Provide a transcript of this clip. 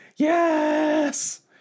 yes